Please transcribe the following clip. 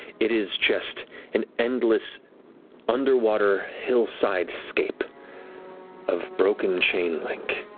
it is just an endless underwater hillside scape of broken chain link,